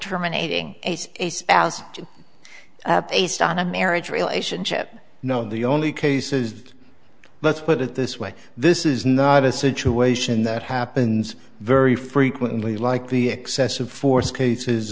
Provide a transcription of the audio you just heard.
terminating a spouse based on a marriage relationship no the only case is let's put it this way this is not a situation that happens very frequently like the excessive force cases